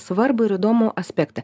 svarbų ir įdomų aspektą